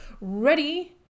ready